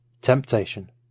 Temptation